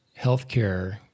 healthcare